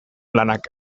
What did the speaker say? lanak